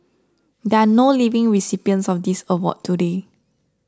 there are no living recipients of this award today